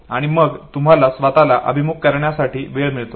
आणि मग तुम्हाला स्वतला अभिमुख करण्यासाठी वेळ मिळतो